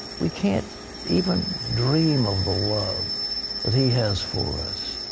we can't even dream of the love that he has for us.